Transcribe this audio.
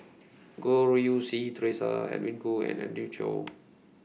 Goh Rui Si Theresa Edwin Koo and Andrew Chew